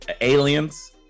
aliens